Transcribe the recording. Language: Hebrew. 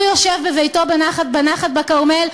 הוא יושב בנחת בביתו בכרמל,